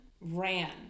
ran